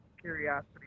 curiosity